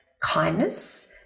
Kindness